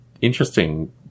interesting